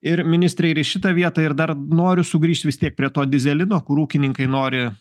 ir ministre ir į šitą vietą ir dar noriu sugrįžt vis tiek prie to dyzelino kur ūkininkai nori